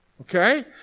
Okay